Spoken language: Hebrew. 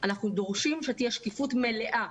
אנחנו דורשים שתהיה שקיפות מלאה